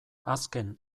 azken